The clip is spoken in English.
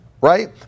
right